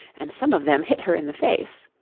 and some of them hit her in the face.